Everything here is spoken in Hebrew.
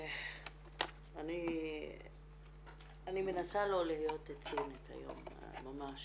אני מנסה לא להיות צינית היום, ממש